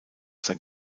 sein